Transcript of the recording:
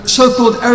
so-called